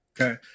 Okay